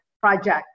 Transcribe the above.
project